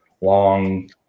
long